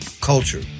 Culture